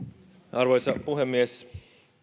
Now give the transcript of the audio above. arvoisa puhemies